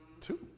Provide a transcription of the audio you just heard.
Two